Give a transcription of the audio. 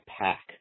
pack